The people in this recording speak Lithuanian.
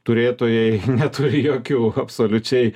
turėtojai neturi jokių absoliučiai